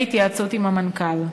בהתייעצות עם המנכ"ל.